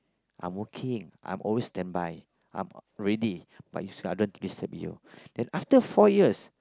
I'm working I'm always standby I'm ready but you sleep I don't want to disturb you then after four years